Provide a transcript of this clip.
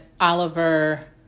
Oliver